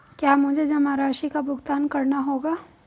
क्या मुझे जमा राशि का भुगतान करना होगा?